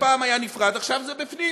פעם היה נפרד, ועכשיו זה בפנים.